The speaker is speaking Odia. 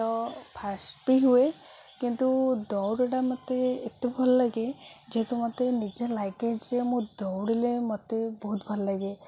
ତ ଫାର୍ଷ୍ଟ ବି ହୁଏ କିନ୍ତୁ ଦୌଡ଼ଟା ମୋତେ ଏତେ ଭଲ ଲାଗେ ଯେହେତୁ ମତେ ନିଜେ ଲାଗେ ଯେ ମୁଁ ଦୌଡ଼ିଲେ ମୋତେ ବହୁତ ଭଲ ଲାଗେ